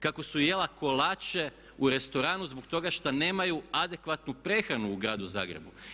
Kako su jela kolače u restoranu zbog toga što nemaju adekvatnu prehranu u gradu Zagrebu.